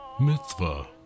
mitzvah